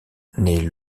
naît